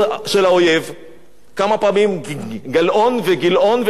כמה פעמים גלאון, גילאון ונחמן שי וכמה פעמים אני?